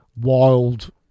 wild